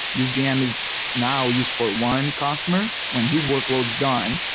this vm is now used for one customer. when his workload is done,